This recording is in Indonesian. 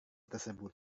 tersebut